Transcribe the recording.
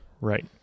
Right